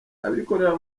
abikorera